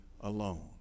alone